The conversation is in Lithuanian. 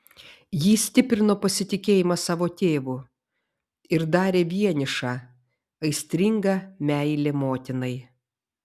jį stiprino pasitikėjimas savo tėvu ir darė vienišą aistringa meilė motinai